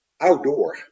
outdoor